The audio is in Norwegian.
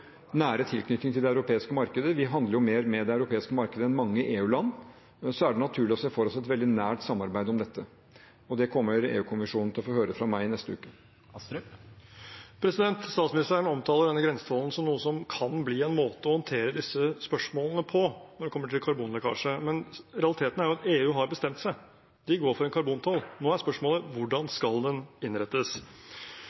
nære tilknytning til det europeiske markedet – vi handler mer med det europeiske markedet enn mange EU-land – er det naturlig å se for seg et veldig nært samarbeid om dette. Det kommer EU-kommisjonen til å få høre fra meg i neste uke. Statsministeren omtaler denne grensetollen som noe som kan bli en måte å håndtere disse spørsmålene på når det gjelder karbonlekkasje, men realiteten er at EU har bestemt seg. De går for en karbontoll. Nå er spørsmålet: Hvordan